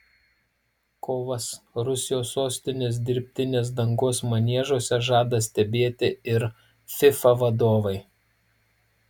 kovas rusijos sostinės dirbtinės dangos maniežuose žada stebėti ir fifa vadovai